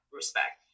respect